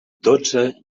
dotze